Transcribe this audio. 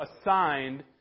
assigned